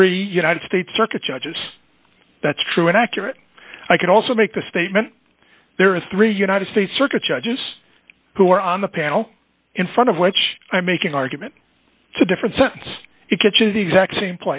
three united states circuit judges that's true and accurate i could also make the statement there are three united states circuit judges who are on the panel in front of which i make an argument to different sense it gets in the exact same